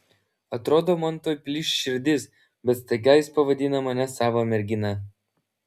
atrodo man tuoj plyš širdis bet staiga jis pavadina mane savo mergina